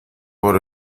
por